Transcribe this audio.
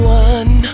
one